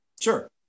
Sure